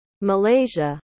Malaysia